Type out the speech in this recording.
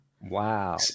Wow